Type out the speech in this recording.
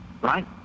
right